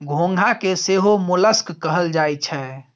घोंघा के सेहो मोलस्क कहल जाई छै